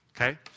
Okay